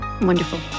Wonderful